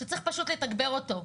שצריך פשוט לתגבר אותו.